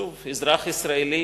שוב, אזרח ישראלי